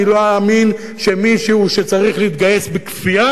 אני לא אאמין שמישהו שצריך להתגייס בכפייה,